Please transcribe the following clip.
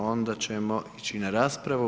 Onda ćemo ići na raspravu.